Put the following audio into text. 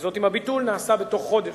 וזאת אם הביטול נעשה בתוך חודש,